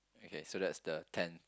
okay so that's the tenth